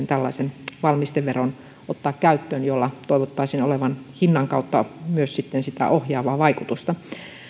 tällaisen valmisteveron jolla toivottaisiin olevan hinnan kautta myös sitten sitä ohjaavaa vaikutusta